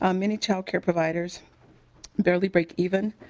um many childcare providers barely break even.